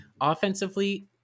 Offensively